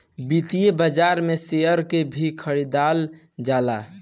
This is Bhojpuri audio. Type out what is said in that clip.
वित्तीय बाजार में शेयर के भी खरीदल जाला